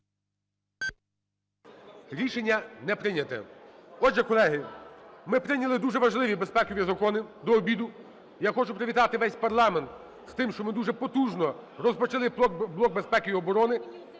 Рішення не прийнято. Отже, колеги, ми прийняли дуже важливі безпекові закони до обіду. Я хочу привітати весь парламент з тим, що ми дуже потужно почали блок безпеки і оборони.